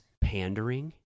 pandering